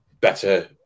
better